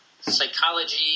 psychology